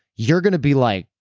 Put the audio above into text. you're going to be like,